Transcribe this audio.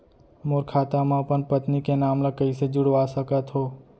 मोर खाता म अपन पत्नी के नाम ल कैसे जुड़वा सकत हो?